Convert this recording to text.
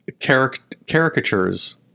caricatures